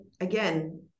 again